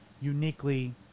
uniquely